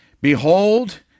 Behold